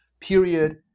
period